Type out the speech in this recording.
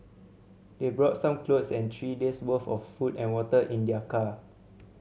they brought some clothes and three days' worth of food and water in their car